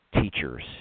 teachers